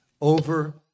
over